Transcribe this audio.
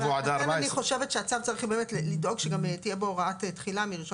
אני חושבת שבאמת צריך לדאוג שבצו תהיה גם הוראת תחילה מה-1